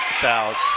fouls